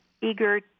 eager